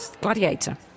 Gladiator